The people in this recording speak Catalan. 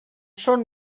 són